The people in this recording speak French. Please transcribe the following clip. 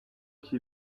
qui